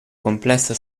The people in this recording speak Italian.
complesso